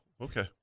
okay